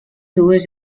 dues